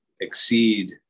exceed